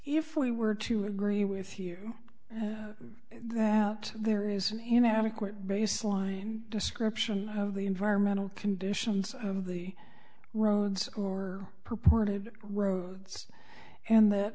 if we were to agree with you that there is an inadequate baseline description of the environmental conditions of the roads or purported roads and that